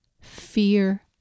fear